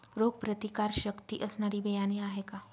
रोगप्रतिकारशक्ती असणारी बियाणे आहे का?